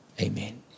Amen